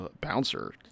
bouncer